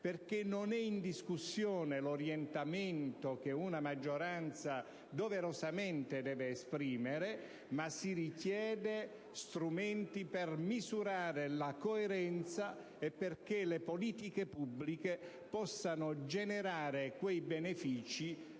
perché non è in discussione l'orientamento che una maggioranza doverosamente è chiamata ad esprimere, ma sono necessari strumenti per misurarne la coerenza e perché le politiche pubbliche possano generare quei benefìci,